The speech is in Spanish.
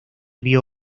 vio